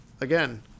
again